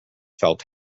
felt